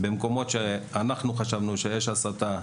במקומות בהם חשבנו שאכן יש הסתה,